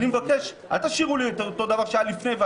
אני מבקש, אל תשאירו לי אותו דבר שהיה לפני.